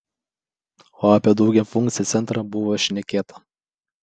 o apie daugiafunkcį centrą buvo šnekėta